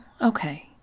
Okay